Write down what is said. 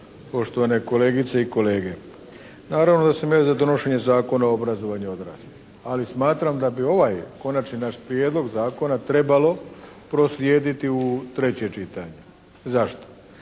poštovane kolegice i kolege. Naravno da sam ja za donošenje Zakona o obrazovanju odraslih. Ali smatram da bi ovaj konačni naš prijedlog zakona trebalo proslijediti u treće čitanje. Zašto?